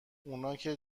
اوناکه